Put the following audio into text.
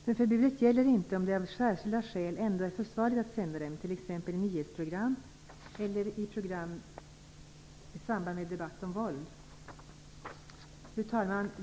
Men förbudet gäller inte om det av särskilda skäl ändå är försvarligt att sända dem, t.ex. i nyhetsprogram eller i program i samband med debatt om våld. Fru talman!